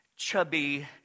Chubby